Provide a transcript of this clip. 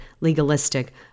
legalistic